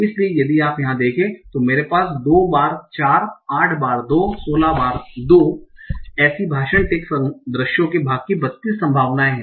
इसलिए यदि आप यहां देखें तो मेरे पास 2 बार 4 8 बार 2 16 बार 2 एसी भाषण टैग दृश्यों के भाग की 32 संभावनाएं हैं